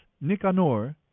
Nicanor